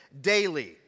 daily